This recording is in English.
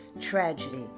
tragedy